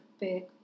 big